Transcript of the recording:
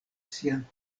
sian